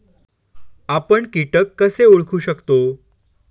आपण कीटक कसे ओळखू शकतो?